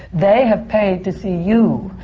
they have paid to see you.